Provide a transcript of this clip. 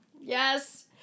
Yes